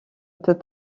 peut